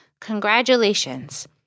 Congratulations